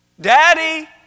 daddy